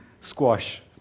squash